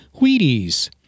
Wheaties